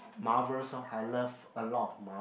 Marvels orh I love a lot of Marvel